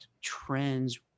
trends